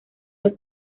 los